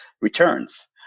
returns